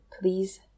please